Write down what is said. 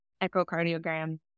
echocardiogram